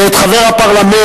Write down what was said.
ואת חבר הפרלמנט,